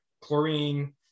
Chlorine